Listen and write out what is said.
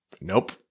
nope